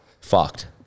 fucked